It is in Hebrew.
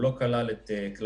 הוא כלל את כל